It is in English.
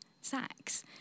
sacks